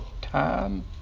time